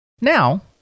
Now